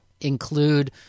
include